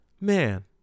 man